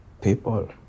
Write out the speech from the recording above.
people